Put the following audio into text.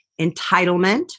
entitlement